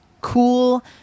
cool